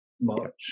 March